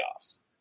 playoffs